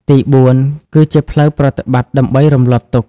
ទីបួន គឺ ជាផ្លូវប្រតិបត្តិដើម្បីរំលត់ទុក្ខ។